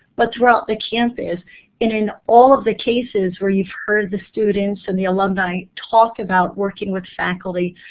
but throughout the campus. and in all of the cases where you've heard the students and the alumni talk about working with faculty,